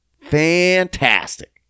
fantastic